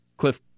Cliff